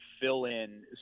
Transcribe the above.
fill-in